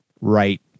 right